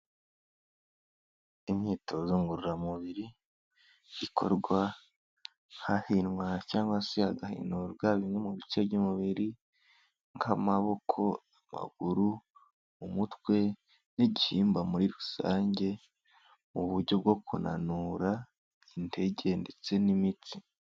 Imyitozo ngororamubiri, ikorwa hahinwa cyangwa se hagahinurwa bimwe mu bice by'umubiri nk'amaboko, amaguru, umutwe n'igihimba muri rusange mu buryo bwo kunanura intege ndetse n'imitsi.